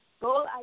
Goal